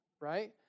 right